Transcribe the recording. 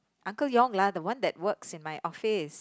uncle Yong lah the one that works in my office